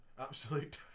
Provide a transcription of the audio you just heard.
Absolute